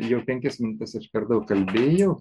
jau penkias minutes aš per daug kalbėjau